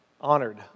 Honored